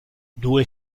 due